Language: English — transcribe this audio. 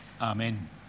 Amen